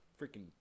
freaking